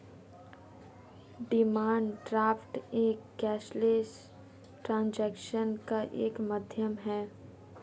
demand draft एक cashless transaction का एक माध्यम है